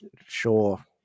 sure